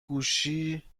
گوشی